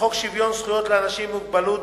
לחוק שוויון זכויות לאנשים עם מוגבלות,